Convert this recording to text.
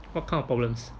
what kind of problems